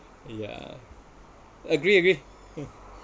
yeah agree agree